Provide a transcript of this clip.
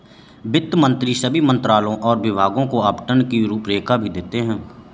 वित्त मंत्री सभी मंत्रालयों और विभागों को आवंटन की रूपरेखा भी देते हैं